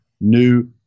new